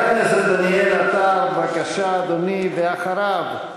חבר הכנסת דניאל עטר, בבקשה, אדוני, ואחריו,